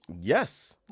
Yes